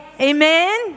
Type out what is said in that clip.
Amen